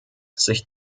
sich